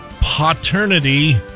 paternity